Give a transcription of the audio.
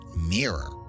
mirror